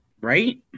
Right